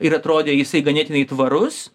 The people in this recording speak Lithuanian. ir atrodė jisai ganėtinai tvarus